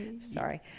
Sorry